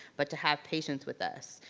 but to have patience with us.